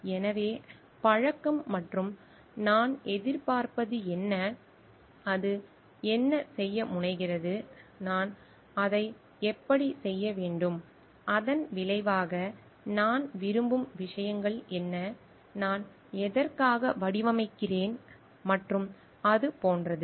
எனவே பழக்கம் மற்றும் நான் எதிர்பார்ப்பது என்ன அது என்ன செய்ய முனைகிறது நான் அதை எப்படிச் செய்ய வேண்டும் அதன் விளைவாக நான் விரும்பும் விஷயங்கள் என்ன நான் எதற்காக வடிவமைக்கிறேன் மற்றும் அது போன்றது